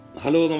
Hello